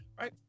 right